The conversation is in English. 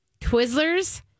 Twizzlers